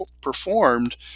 performed